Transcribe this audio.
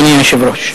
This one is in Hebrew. אדוני היושב-ראש,